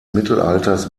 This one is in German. mittelalters